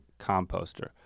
composter